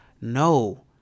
No